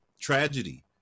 tragedy